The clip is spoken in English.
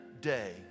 day